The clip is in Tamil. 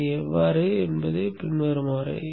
அது எப்படி இருக்கிறது என்பது பின்வருமாறு